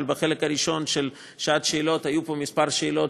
אבל בחלק הראשון של שעת השאלות היו פה כמה שאלות,